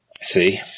See